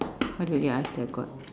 what will you ask the god